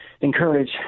encourage –